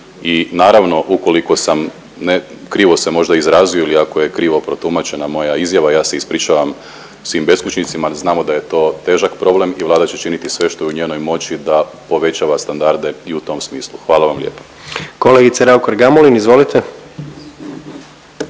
I naravno, ukoliko sam krivo se možda izrazio ili ako je krivo protumačena moja izjava ja se ispričavam svim beskućnicima, znamo da je to težak problem i Vlada će činiti sve što je u njenoj moći da povećava standarde i u tom smislu. Hvala vam lijepa. **Jandroković, Gordan